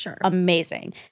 amazing